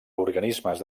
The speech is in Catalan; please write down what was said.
organismes